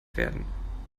werden